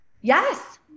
yes